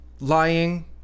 lying